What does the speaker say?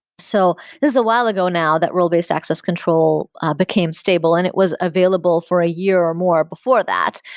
so this is a while ago now that role-based access control became stable, and it was available for a year or more before that.